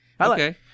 Okay